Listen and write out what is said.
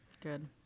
Good